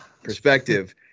perspective